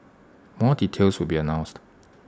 more details will be announced